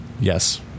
Yes